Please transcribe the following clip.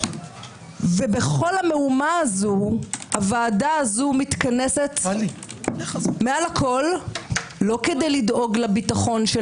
ובכל המהומה הזו הוועדה הזו מתכנסת מעל הכול לא כדי לדאוג לביטחון של